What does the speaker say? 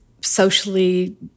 socially